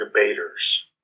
debaters